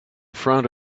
front